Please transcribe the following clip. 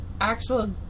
actual